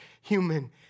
human